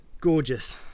gorgeous